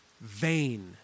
vain